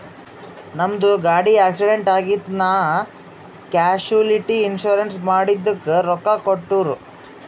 ನಮ್ದು ಗಾಡಿ ಆಕ್ಸಿಡೆಂಟ್ ಆಗಿತ್ ನಾ ಕ್ಯಾಶುಲಿಟಿ ಇನ್ಸೂರೆನ್ಸ್ ಮಾಡಿದುಕ್ ರೊಕ್ಕಾ ಕೊಟ್ಟೂರ್